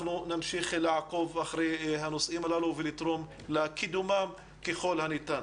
נמשיך לעקוב אחרי הנושאים הללו ולתרום לקידומם ככול הניתן.